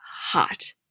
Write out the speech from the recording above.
hot